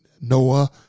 Noah